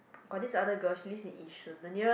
got this other girl she live in Yishun the nearest